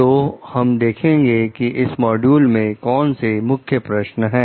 तो हम देखेंगे की इस मॉड्यूल में कौन से मुख्य प्रश्न हैं